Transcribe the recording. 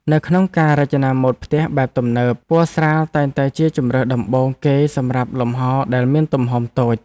នៅក្នុងការរចនាម៉ូដផ្ទះបែបទំនើបពណ៌ស្រាលតែងតែជាជម្រើសដំបូងគេសម្រាប់លំហរដែលមានទំហំតូច។